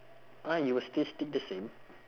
ah you will still stick the same